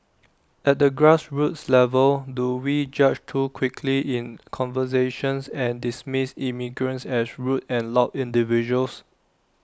at the grassroots level do we judge too quickly in conversations and dismiss immigrants as rude and loud individuals